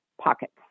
pockets